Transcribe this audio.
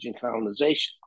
colonization